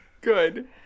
Good